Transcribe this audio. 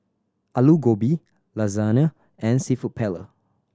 Alu Gobi Lasagna and Seafood Paella